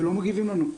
ולא מגיבים לנו.